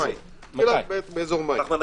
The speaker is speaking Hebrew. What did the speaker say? פתוח.